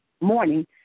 morning